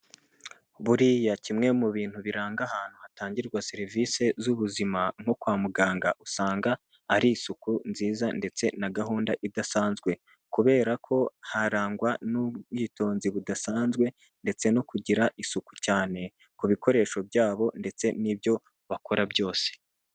Buriya kimwe mu bintu biranga ahantu hatangirwa serivisi z'ubuzima, nko kwa muganga usanga ari isuku nziza, ndetse na gahunda idasanzwe kubera ko harangwa n'ubwitonzi budasanzwe ndetse no kugira isuku cyane, ku bikoresho byabo ndetse n'ibyo bakora byose.